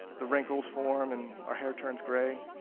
the wrinkles form and our hair turns grey.